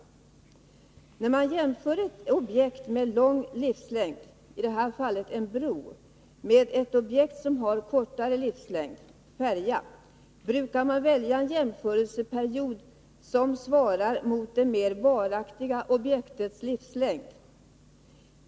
När man jämför ett objekt med lång livslängd, i detta fall en bro, med ett objekt som har kortare livslängd, i detta fall en färja, skall man välja en jämförelseperiod som svarar mot det mer varaktiga objektets livslängd.